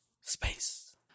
Space